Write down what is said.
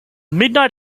midnight